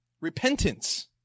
Repentance